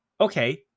okay